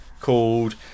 called